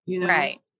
Right